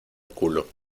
culo